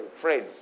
friends